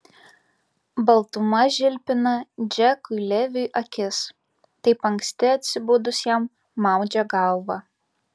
baltuma žilpina džekui leviui akis taip anksti atsibudus jam maudžia galvą